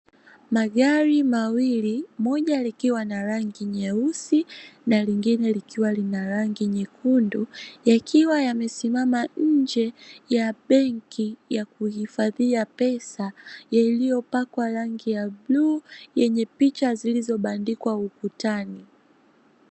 Magari mawili moja likiwa na rangi nyeusi na lingine likiwa lina rangi nyekundu, yakiwa yamesimama nje ya benki ya kuhifadhia pesa, iliyopakwa rangi ya bluu yenye picha zilizobandikwa ukutani.